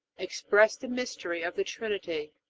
express the mystery of the trinity.